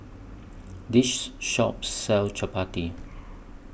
This Shop sells Chapati